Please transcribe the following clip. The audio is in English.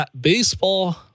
baseball